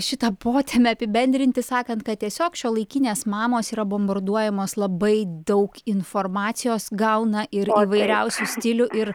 šitą potėmę apibendrinti sakant kad tiesiog šiuolaikinės mamos yra bombarduojamos labai daug informacijos gauna ir įvairiausių stilių ir